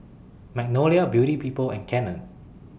Magnolia Beauty People and Canon